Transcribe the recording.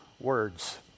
words